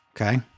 Okay